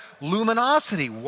luminosity